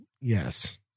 Yes